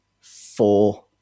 four